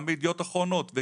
גם בידיעות אחרונות,